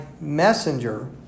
messenger